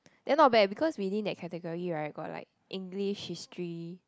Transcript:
that not bad because within that category right got like English History